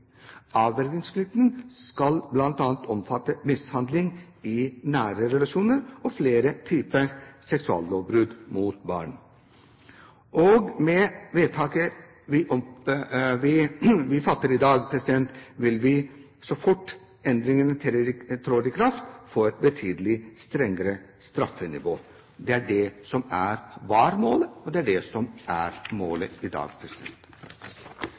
avvergingsplikten etter straffeloven av 1902 § 139. Avvergingsplikten skal bl.a. omfatte mishandling i nære relasjoner og flere typer seksuallovbrudd mot barn. Med vedtaket vi fatter i dag, vil vi – så fort endringene trer i kraft – få et betydelig strengere straffenivå. Det er det som var målet, og det er det som er målet i dag.